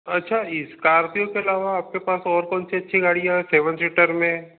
अच्छा स्कॉर्पियो के अलावा आपके पास और कौन सी अच्छी गाड़ियाँ है सेवन सीटर में